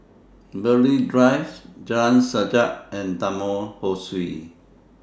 Burghley Drive Jalan Sajak and Taman Ho Swee